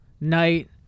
night